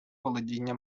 володіння